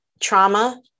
trauma